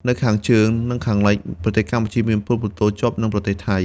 នៅខាងជើង និងខាងលិច ប្រទេសកម្ពុជាមានព្រំប្រទល់ជាប់នឹងប្រទេសថៃ។